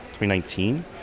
2019